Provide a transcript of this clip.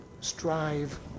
strive